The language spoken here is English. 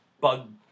bug